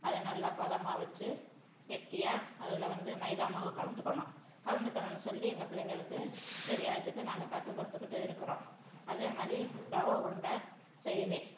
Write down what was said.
அதை நல்லா பதமாக வச்சு கெட்டியாக அதில் வந்து மைதா மாவு கலந்துக்கணும் கலந்துக்கணும்னு சொல்லி எங்கள் பிள்ளைங்களுக்கு தெரியாதத்துக்கு நாங்கள் கற்று கொடுத்துக்குட்டு இருக்கிறோம் அதே மாதிரி ரவை உருண்டை செய்வேன்